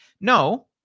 No